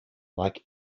like